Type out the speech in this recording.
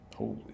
Holy